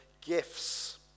gifts